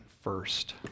first